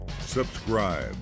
Subscribe